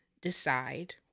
decide